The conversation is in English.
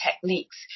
techniques